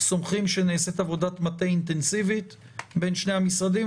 סומכים שנעשית עבודת מטה אינטנסיבית בין שני המשרדים,